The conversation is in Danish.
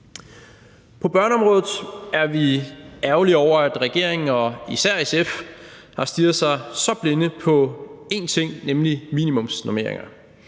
På børneområdet er vi ærgerlige over, at regeringen og især SF har stirret sig så blind på én ting, nemlig minimumsnormeringer.